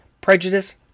prejudice